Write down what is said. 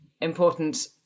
important